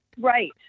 Right